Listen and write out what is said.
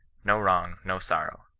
no wrong, no sorrow.